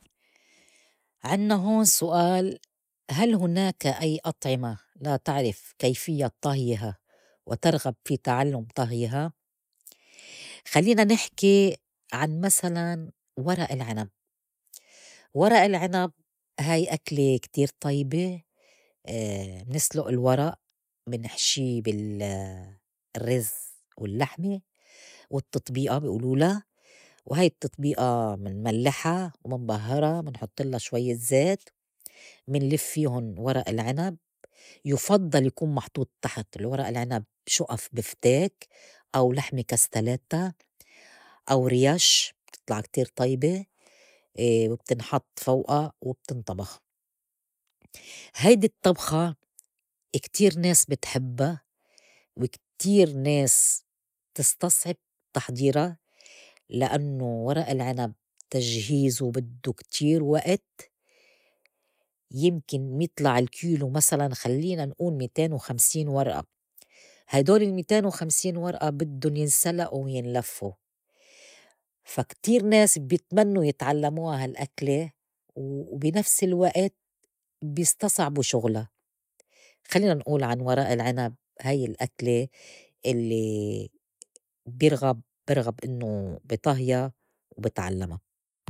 عِنّا هون سؤال هل هُناك أي أطعمة لا تعرف كيفيّة طهيها وترغب في تعلُّم طهيها؟ خلّينا نحكي عن مسلاً ورق العِنَب. ورق العِنَب هاي أكلة كتير طيبة، منسلُئ الورق منحشي بال- الرّز واللّحمة والتطبيئة بي أولولا وهاي التطبيئة منملّحا ومنبهّرا، منحطلّا شويّة زيت. منلف فيهُن ورق العِنَب، يُفضّل يكون محطوط تحت الورق العِنَب شُئف بفتيك أو لحمة كستلاتّة أو رِيَش بتطلع كتير طيبة وبتنحط فوقا وبتنطبخ. هيدي الطّبخة كتير ناس بتحبّا وكتير ناس بتستصعب تحضيرا لأنّو ورق العنب تجهيزو بدّو كتير وقت، يمكن يطلع الكيلو مثلاً خلينا نقول ميتين وخمسين ورقة، هيدول الميتين وخمسين ورقة بدّن ينسلئو وينلفّوا. فا كتير ناس بيتمنّوا يتعلّموا ها الأكلة وبنفس الوقت بيستصعبوا شُغلا. خلّينا نئول عن ورق العنب هاي الأكلة الّي بيرغب- بيرغب إنّو بي طهيا وبتعلّما.